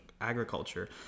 agriculture